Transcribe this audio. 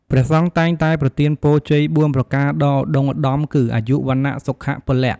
ព្រះសង្ឃតែងតែប្រទានពរជ័យ៤ប្រការដ៏ឧត្ដុង្គឧត្ដមគឺ អាយុ វណ្ណៈ សុខៈ ពលៈ។